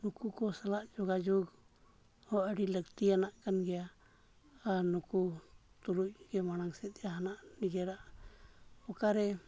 ᱱᱩᱠᱩ ᱠᱚ ᱥᱟᱞᱟᱜ ᱡᱳᱜᱟᱡᱳᱜᱽ ᱦᱚᱸ ᱟᱹᱰᱤ ᱞᱟᱹᱠᱛᱤᱭᱟᱱᱟᱜ ᱠᱟᱱ ᱜᱮᱭᱟ ᱟᱨ ᱱᱩᱠᱩ ᱛᱩᱞᱩᱡ ᱜᱮ ᱢᱟᱲᱟᱝ ᱥᱮᱫ ᱡᱟᱦᱟᱱᱟᱜ ᱱᱤᱡᱮᱨᱟᱜ ᱚᱠᱟᱨᱮ